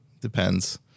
Depends